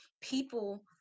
people